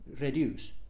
reduce